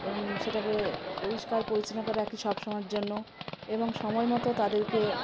এবং সেটাকে পরিষ্কার পরিচ্ছন্ন করে রাখি সব সময়ের জন্য এবং সময় মতো তাদেরকে